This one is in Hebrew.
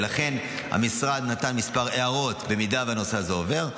ולכן המשרד נתן כמה הערות, אם הנושא הזה עובר.